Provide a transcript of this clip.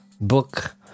book